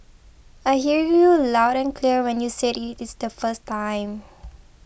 I hear you loud and clear when you said it is the first time